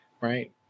Right